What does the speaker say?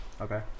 okay